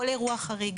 כל אירוע חריג,